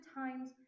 times